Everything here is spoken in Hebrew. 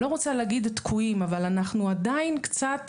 לא רוצה להגיד תקועים אבל אנחנו עדיין קצת